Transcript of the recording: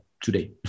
today